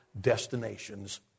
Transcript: destinations